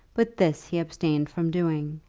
but this he abstained from doing.